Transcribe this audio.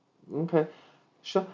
okay sure